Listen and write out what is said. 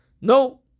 No